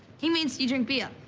he means, do you drink beer?